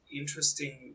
interesting